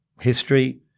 history